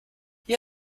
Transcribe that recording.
hier